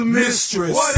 mistress